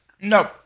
No